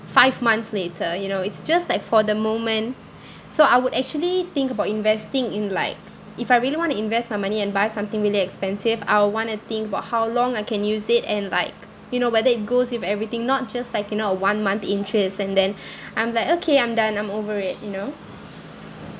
five months later you know it's just like for the moment so I would actually think about investing in like if I really want to invest my money and buy something really expensive I will want to think about how long I can use it and like you know whether it goes with everything not just like you know a one month interest and then I'm like okay I'm done I'm over it you know